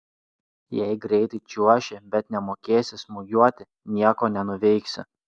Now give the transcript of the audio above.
jei greitai čiuoši bet nemokėsi smūgiuoti nieko nenuveiksi